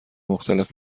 مختلف